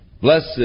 Blessed